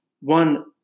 one